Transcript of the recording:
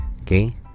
Okay